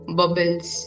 bubbles